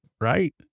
Right